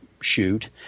shoot